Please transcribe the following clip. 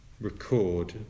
record